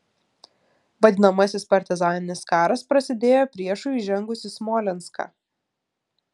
vadinamasis partizaninis karas prasidėjo priešui įžengus į smolenską